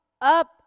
up